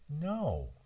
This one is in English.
No